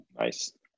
Nice